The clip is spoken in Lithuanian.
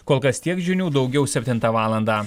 kol kas tiek žinių daugiau septintą valandą